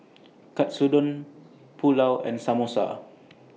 Katsudon Pulao and Samosa